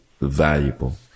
valuable